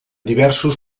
diversos